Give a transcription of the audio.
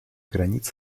границы